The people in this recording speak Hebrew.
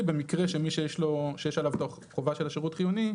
במקרה שמי שיש עליו את החובה של השירות החיוני,